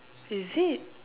is it